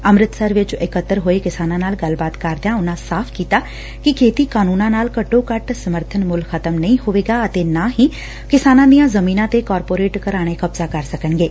ਅੰਮਿਤਸਰ ਵਿਚ ਇਕੱਤਰ ਹੋਏ ਕਿਸਾਨਾਂ ਨਾਲ ਗੱਲਬਾਤ ਕਰਦਿਆਂ ਉਨਾਂ ਸਾਫ਼ ਕੀਤਾ ਕਿ ਖੇਤੀ ਕਾਨੂੰਨਾਂ ਨਾਲ ਘੱਟੋ ਘੱਟ ਸਮਰਬਨ ਮੁੱਲ ਖ਼ਤਮ ਨਹੀ ਹੋਵੇਗਾ ਅਤੇ ਨਾਂ ਹੀ ਕਿਸਾਨਾਂ ਦੀਆਂ ਜ਼ਮੀਨਾਂ ਤੇ ਕਾਰਪੋਰੇਟ ਘਰਾਣੇ ਕਬਜ਼ਾ ਕਰ ਸਕਣਗੇ